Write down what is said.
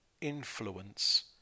influence